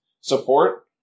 support